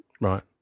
Right